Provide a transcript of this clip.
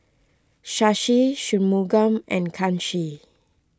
Shashi Shunmugam and Kanshi